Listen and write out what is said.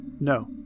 No